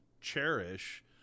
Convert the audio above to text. cherish